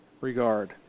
Regard